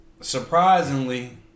surprisingly